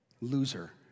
loser